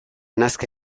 nazka